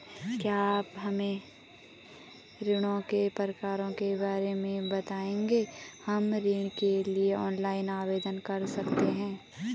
क्या आप हमें ऋणों के प्रकार के बारे में बताएँगे हम ऋण के लिए ऑनलाइन आवेदन कर सकते हैं?